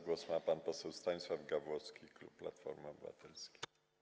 Głos ma pan poseł Stanisław Gawłowski, klub Platforma Obywatelska.